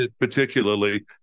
particularly